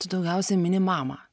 tu daugiausiai mini mamą